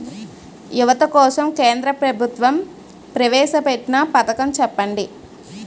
యువత కోసం కేంద్ర ప్రభుత్వం ప్రవేశ పెట్టిన పథకం చెప్పండి?